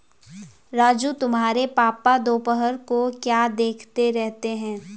राजू तुम्हारे पापा दोपहर को क्या देखते रहते हैं?